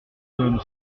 donne